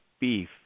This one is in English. beef